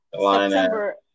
September